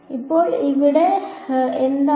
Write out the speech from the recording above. അപ്പോൾ ഇത് ഇവിടെ എന്താണ്